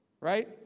Right